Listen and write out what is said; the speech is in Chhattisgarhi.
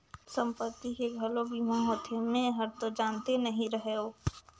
संपत्ति के घलो बीमा होथे? मे हरतो जानते नही रहेव